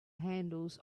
handles